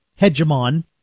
hegemon